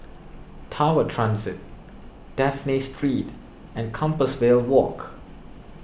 Tower Transit Dafne Street and Compassvale Walk